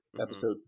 episode